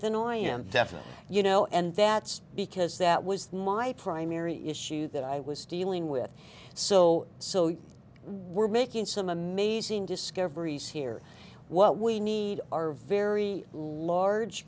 definitely you know and that's because that was my primary issue that i was dealing with so so we're making some amazing discoveries here what we need are very large